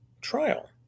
trial